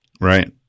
Right